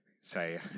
Say